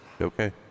Okay